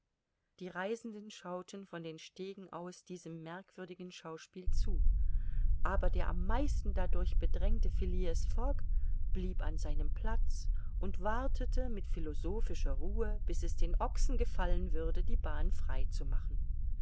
die reisenden schauten von den stegen aus diesem merkwürdigen schauspiel zu aber der am meisten dadurch bedrängte phileas fogg blieb an seinem platz und wartete mit philosophischer ruhe bis es den ochsen gefallen würde die bahn frei